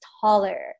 taller